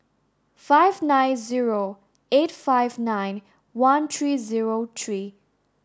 five nine zero eight five nine one three zero three